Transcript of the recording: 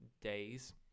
days